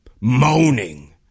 Moaning